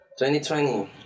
2020